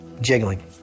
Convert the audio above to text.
jiggling